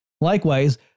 Likewise